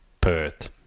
Perth